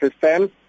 system